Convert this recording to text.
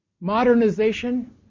Modernization